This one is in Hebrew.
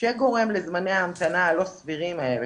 שגורם לזמני ההמתנה הלא סבירים האלה,